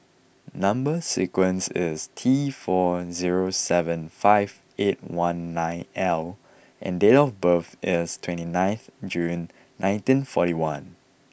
number sequence is T four zero seven five eight one nine L and date of birth is twenty nine June nineteen forty one